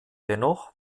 dennoch